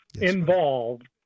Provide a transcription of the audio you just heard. involved